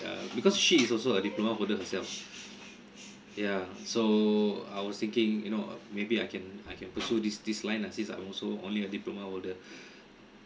uh because she is also a diploma holder herself yeah so I was thinking you know maybe I can I can pursue this this line ah since I'm also only a diploma holder